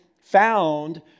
found